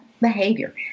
behavior